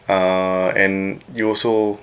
uh and you also